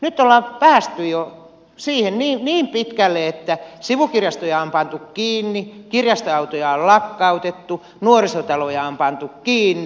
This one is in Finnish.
nyt ollaan päästy jo niin pitkälle että sivukirjastoja on pantu kiinni kirjastoautoja on lakkautettu nuorisotaloja on pantu kiinni